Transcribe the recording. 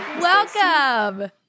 Welcome